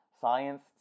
science